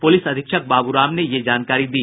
police अधीक्षक बाबू राम ने यह जानकारी दी